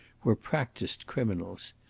were practised criminals.